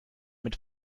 mit